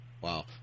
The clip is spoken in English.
Wow